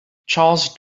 charles